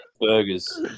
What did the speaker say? burgers